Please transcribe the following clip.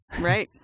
Right